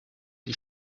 die